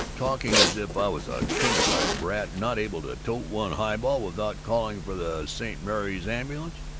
talking as if i was a kindergarten brat, not able to tote one highball without calling for the st. mary's ambulance!